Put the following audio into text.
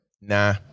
nah